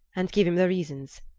and give him the reasons.